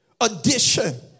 Addition